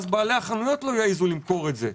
שבעלי החנויות לא יעזו למכור את זה.